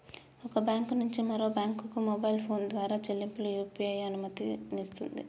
ఒక బ్యాంకు నుంచి మరొక బ్యాంకుకు మొబైల్ ఫోన్ ద్వారా చెల్లింపులకు యూ.పీ.ఐ అనుమతినిస్తుంది